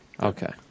Okay